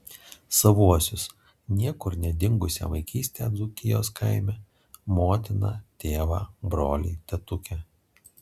savuosius niekur nedingusią vaikystę dzūkijos kaime motiną tėvą brolį tetukę